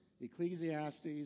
Ecclesiastes